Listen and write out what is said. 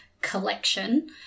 collection